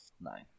Nine